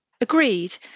Agreed